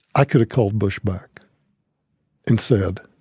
i could've called bush back and said,